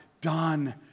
done